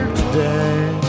today